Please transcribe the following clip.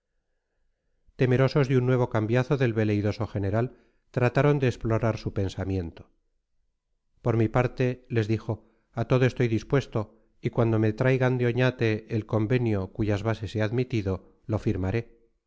temerosos de un nuevo cambiazo del veleidoso general trataron de explorar su pensamiento por mi parte les dijo a todo estoy dispuesto y cuando me traigan de oñate el convenio cuyas bases he admitido lo firmaré